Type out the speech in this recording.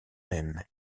même